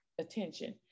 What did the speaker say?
attention